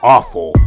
Awful